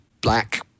black